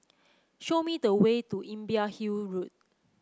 show me the way to Imbiah Hill Road